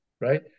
right